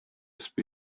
spade